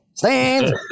Stand